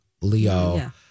Leo